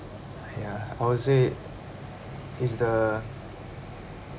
!haiya! I would say is the